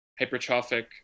hypertrophic